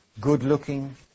good-looking